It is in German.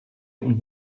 und